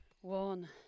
one